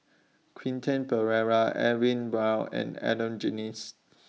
Quentin Pereira Edwin Brown and Adan Jimenez